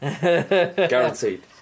Guaranteed